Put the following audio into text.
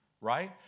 right